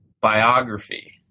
biography